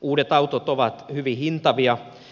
uudet autot ovat hyvin hintavia